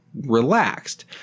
relaxed